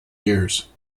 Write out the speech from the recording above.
years